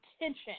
attention